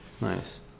Nice